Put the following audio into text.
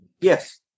Yes